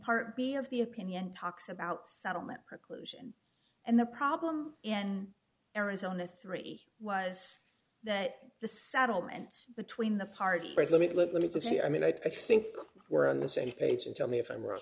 part of the opinion talks about settlement preclusion and the problem in arizona three was that the settlement between the party president let me to see i mean i think we're on the same page and tell me if i'm wrong